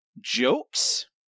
jokes